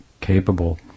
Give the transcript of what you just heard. capable